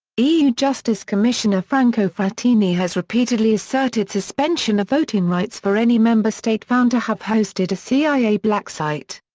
eu justice commissioner franco frattini has repeatedly asserted suspension of voting rights for any member state found to have hosted a cia black site.